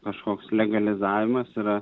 kažkoks legalizavimas yra